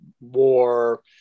war